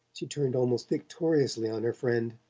she turned almost victoriously on her friend.